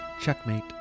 Checkmate